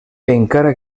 encara